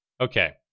Okay